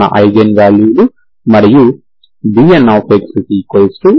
మన ఐగెన్ వాల్యూలు మరియు nxexsin